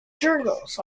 journals